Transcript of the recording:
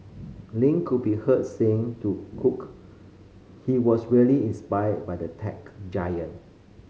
Lin could be heard saying to Cook he was really inspired by the tech giant